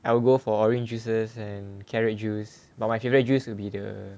I will go for orange juices and carrot juice but my favorite juice will be the